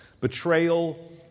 betrayal